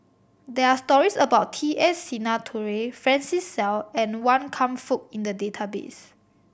there are stories about T S Sinnathuray Francis Seow and Wan Kam Fook in the database